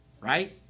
Right